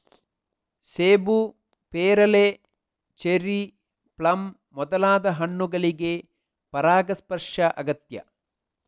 ಸೇಬು, ಪೇರಳೆ, cherry, plum ಮೊದಲಾದ ಹಣ್ಣುಗಳಿಗೆ ಪರಾಗಸ್ಪರ್ಶ ಅಗತ್ಯ